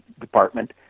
department